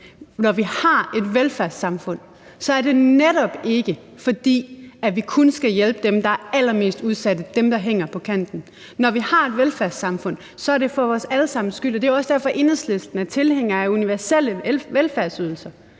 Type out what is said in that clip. Når vi har et velfærdssamfund, er det netop ikke, fordi vi kun skal hjælpe dem, der er allermest udsatte, dem, der hænger på kanten. Når vi har et velfærdssamfund, er det for vores alle sammens skyld, og det er jo også derfor, Enhedslisten er tilhænger af universelle velfærdsydelser.